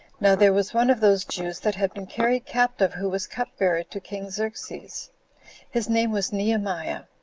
now there was one of those jews that had been carried captive who was cup-bearer to king xerxes his name was nehemiah.